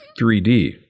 3D